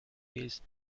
his